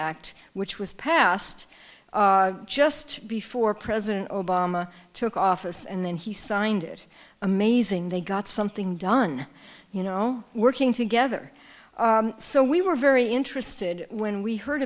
act which was passed just before president obama took office and then he signed it amazing they got something done you know working together so we were very interested when we heard